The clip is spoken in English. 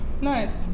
Nice